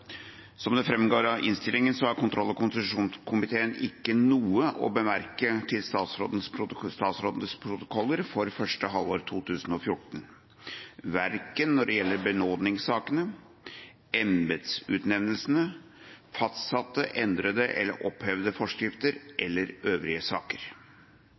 Som det framgår av innstillinga, har kontroll- og konstitusjonskomiteen ikke noe å bemerke til statsrådsprotokollene for første halvår 2014, verken når det gjelder benådningssakene, embetsutnevnelsene, fastsatte, endrede eller opphevde forskrifter eller øvrige saker.